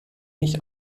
nicht